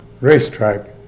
racetrack